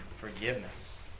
forgiveness